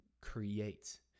create